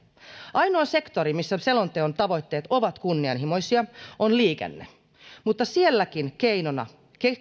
ainoa sektori missä selonteon tavoitteet ovat kunnianhimoisia on liikenne mutta sielläkin keinona